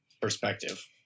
perspective